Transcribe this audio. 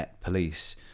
police